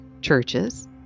churches